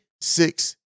six